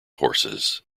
horses